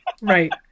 Right